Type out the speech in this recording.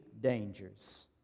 dangers